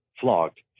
flogged